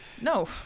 No